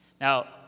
Now